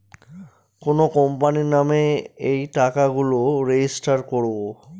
কোনো কোম্পানির নামে এই টাকা গুলো রেজিস্টার করবো